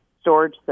storage